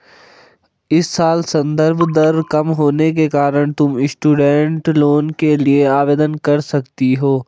इस साल संदर्भ दर कम होने के कारण तुम स्टूडेंट लोन के लिए आवेदन कर सकती हो